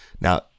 Now